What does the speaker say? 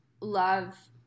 love